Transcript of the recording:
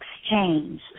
exchange